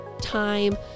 time